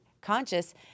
conscious